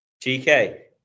GK